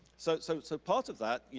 so so so part of that,